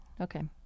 Okay